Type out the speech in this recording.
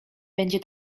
będzie